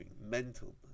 mental